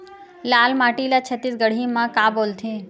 लाल माटी ला छत्तीसगढ़ी मा का बोलथे?